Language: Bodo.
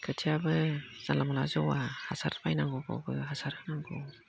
खोथियाबो जानला मानला जौआ हासार बायनांगौ बेयावबो हासार होनांगौ